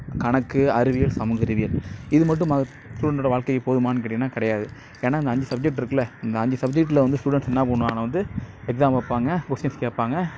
கணக்கு அறிவியல் சமூக அறிவியல் இது மட்டும் ஸ்டூடெண்ட்ஸோட வாழ்க்கைக்கு போதுமான்னு கேட்டிங்கன்னால் கிடையாது ஏன்னால் இந்த அஞ்சு சப்ஜெக்ட் இருக்கில இந்த அஞ்சு சப்ஜெக்ட்டில் வந்து ஸ்டூடெண்ட்ஸ் என்ன பண்ணுவாங்கன்னால் வந்து எக்ஸாம் வைப்பாங்க கொஸ்டின்ஸ் கேட்பாங்க